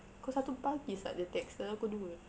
pukul satu pagi saat dia text dah nak pukul dua